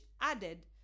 added